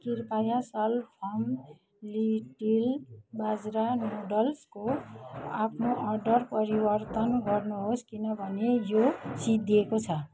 कृपया सलफम लिटेल बाजरा नुडल्सको आफ्नो अर्डर परिवर्तन गर्नुहोस् किनभने यो सिद्धिएको छ